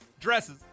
dresses